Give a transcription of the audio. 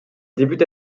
débute